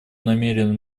намерен